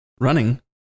running